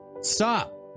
Stop